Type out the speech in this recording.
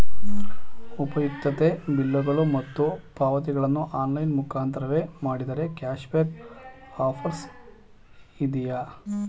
ಉಪಯುಕ್ತತೆ ಬಿಲ್ಲುಗಳು ಮತ್ತು ಪಾವತಿಗಳನ್ನು ಆನ್ಲೈನ್ ಮುಖಾಂತರವೇ ಮಾಡಿದರೆ ಕ್ಯಾಶ್ ಬ್ಯಾಕ್ ಆಫರ್ಸ್ ಇವೆಯೇ?